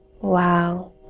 Wow